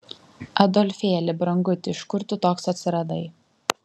adolfėli branguti iš kur tu toks atsiradai